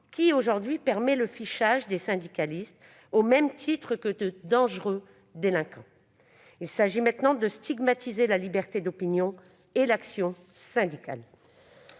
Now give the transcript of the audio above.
aujourd'hui le fichage des syndicalistes, au même titre que celui de dangereux délinquants. Il s'agit maintenant de stigmatiser la liberté d'opinion et l'action syndicale.